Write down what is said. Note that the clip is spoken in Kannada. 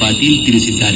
ಪಾಟೀಲ್ ತಿಳಿಸಿದ್ದಾರೆ